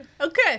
Okay